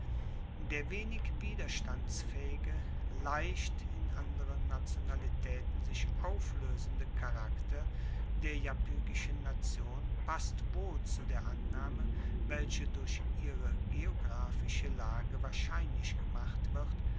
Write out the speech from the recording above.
der wenig widerstandsfaehige leicht in andere nationalitaeten sich aufloesende charakter der iapygischen nation passt wohl zu der annahme welche durch ihre geographische lage wahrscheinlich gemacht wird